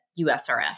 USRF